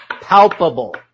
palpable